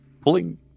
pulling